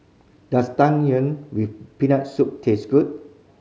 does Tang Yuen with Peanut Soup taste good